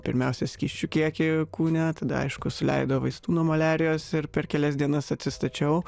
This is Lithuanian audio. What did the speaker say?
pirmiausia skysčių kiekį kūne tada aišku suleido vaistų nuo maliarijos ir per kelias dienas atsistačiau